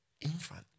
infant